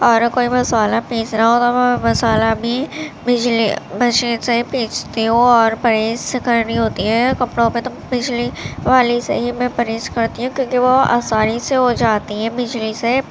اور کوئی مسالہ پیسنا ہو تو میں مسالہ میں بجلی مشین سے ہی پیستی ہوں اور پریس کرنی ہوتی ہے کپڑوں پہ تو بجلی والی سے ہی میں پریس کرتی ہوں کیونکہ وہ آسانی سے ہو جاتی ہیں بجلی سے